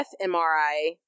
fMRI